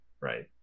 right